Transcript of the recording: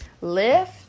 Lift